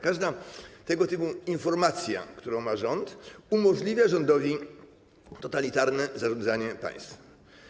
Każda tego typu informacja, którą ma rząd, umożliwia mu totalitarne zarządzanie państwem.